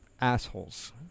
assholes